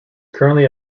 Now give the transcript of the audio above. currently